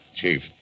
Chief